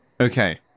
Okay